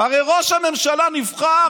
הרי ראש הממשלה נבחר